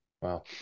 wow